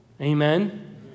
Amen